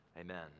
amen